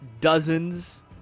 dozens